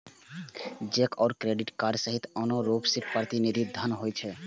cheque आ credit card सहित आनो रूप मे प्रतिनिधि धन होइ छै